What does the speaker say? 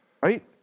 Right